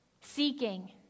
seeking